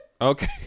Okay